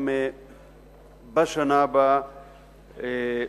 גם בשנה הבאה,